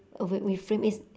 is